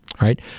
right